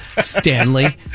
Stanley